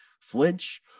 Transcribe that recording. flinch